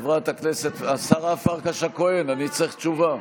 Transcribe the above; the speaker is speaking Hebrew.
השרה פרקש הכהן, אני צריך תשובה.